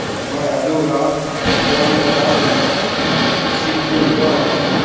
ꯍꯣꯏ ꯑꯗꯨꯒ ꯐꯣꯝꯗ ꯁꯤꯛꯁꯇꯤꯀꯣ